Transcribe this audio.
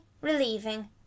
relieving